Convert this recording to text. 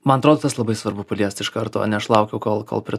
man atrodo tas labai svarbu paliest iš karto o ne aš laukiu kol kol prie